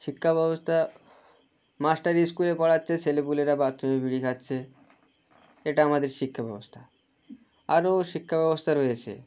শিক্ষাব্যবস্থা মাস্টার ইস্কুলে পড়াচ্ছে ছেলেপুলেরা বাথরুমে বিড়ি খাচ্ছে এটা আমাদের শিক্ষাব্যবস্থা আরও শিক্ষাব্যবস্থা রয়েছে